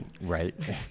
Right